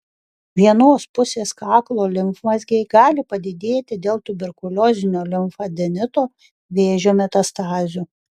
vienos pusės kaklo limfmazgiai gali padidėti dėl tuberkuliozinio limfadenito vėžio metastazių